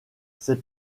ses